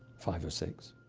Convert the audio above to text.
five or six.